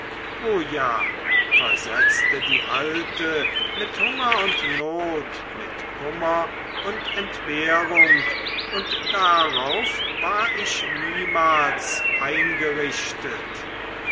o ja versetzte die alte mit hunger und not mit kummer und entbehrung und darauf war ich niemals eingerichtet